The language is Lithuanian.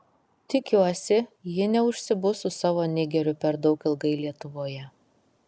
tikiuosi ji neužsibus su savo nigeriu per daug ilgai lietuvoje